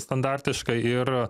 standartiškai ir